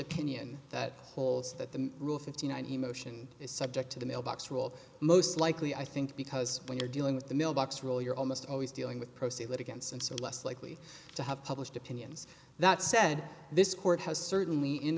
opinion that holds that the rule fifty nine he motion is subject to the mailbox rule most likely i think because when you're dealing with the mailbox role you're almost always dealing with proceed litigants and so less likely to have published opinions that said this court has certainly in